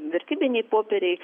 vertybiniai popieriai